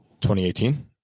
2018